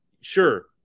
sure